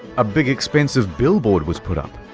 a big expensive billboard was put up.